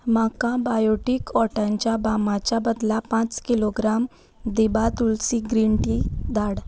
म्हाका बायोटीक ओठांच्या बामाच्या बदला पांच किलोग्राम दिबा तुलसी ग्रीन टी धाड